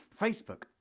Facebook